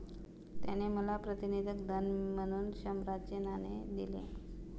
त्याने मला प्रातिनिधिक धन म्हणून शंभराचे नाणे दिले